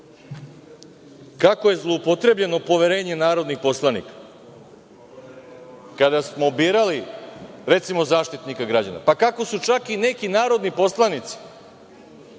kako je zloupotrebljeno poverenje narodnih poslanika kada smo birali, recimo, Zaštitnika građana, pa kako su čak i neki narodni poslanici